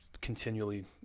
continually